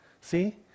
See